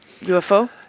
UFO